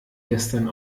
gestern